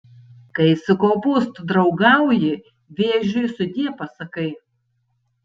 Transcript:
kai su kopūstu draugauji vėžiui sudie pasakai